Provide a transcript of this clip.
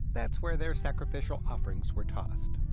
that's where their sacrificial offerings were tossed.